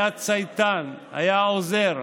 היה צייתן, היה עוזר,